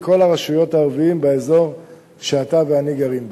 כל הרשויות הערביות באזור שאתה ואני גרים בו.